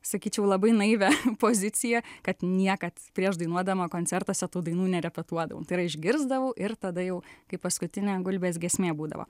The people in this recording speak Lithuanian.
sakyčiau labai naivią poziciją kad niekad prieš dainuodama koncertuose tų dainų nerepetuodavom tai yra išgirsdavau ir tada jau kaip paskutinė gulbės giesmė būdavo